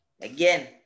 Again